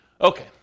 Okay